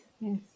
yes